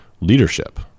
leadership